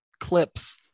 clips